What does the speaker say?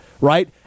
right